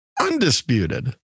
undisputed